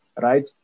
right